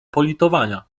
politowania